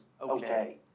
okay